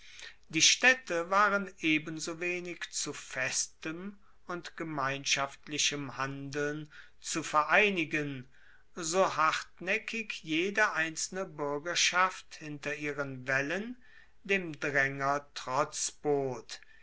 die staedte waren ebensowenig zu festem und gemeinschaftlichem handeln zu vereinigen so hartnaeckig jede einzelne buergerschaft hinter ihren waellen dem draenger trotz bot